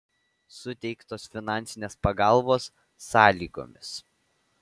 suteiktos finansinės pagalbos sąlygomis